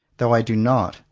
though i do not,